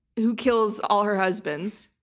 who kills all her husbands?